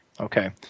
Okay